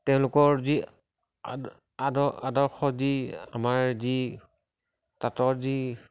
তেওঁলোকৰ যি আদৰ্শ যি আমাৰ যি তাঁতৰ যি